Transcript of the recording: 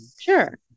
sure